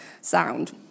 sound